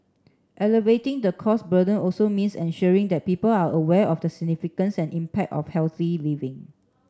alleviating the cost burden also means ensuring that people are aware of the significance and impact of healthy living